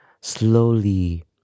slowly